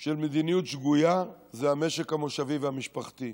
של מדיניות שגויה זה המשק המושבי והמשפחתי.